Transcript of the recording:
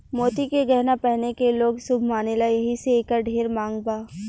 मोती के गहना पहिने के लोग शुभ मानेला एही से एकर ढेर मांग बा